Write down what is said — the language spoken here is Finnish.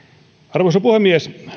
arvoisa puhemies